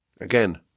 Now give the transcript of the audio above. Again